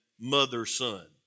mother-son